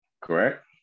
Correct